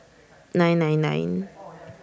nine nine nine